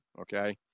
okay